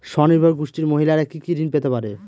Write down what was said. স্বনির্ভর গোষ্ঠীর মহিলারা কি কি ঋণ পেতে পারে?